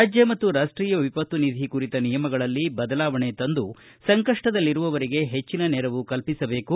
ರಾಜ್ಯ ಮತ್ತು ರಾಷ್ಟೀಯ ವಿಪತ್ತು ನಿಧಿ ಕುರಿತ ನಿಯಮಗಳಲ್ಲಿ ಬದಲಾವಣೆ ತಂದು ಸಂಕಷ್ಷದಲ್ಲಿರುವವರಿಗೆ ಹೆಚ್ಚಿನ ನೆರವು ಕಲ್ಪಿಸಬೇಕು